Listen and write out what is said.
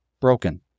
broken